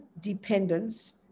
dependence